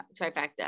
trifecta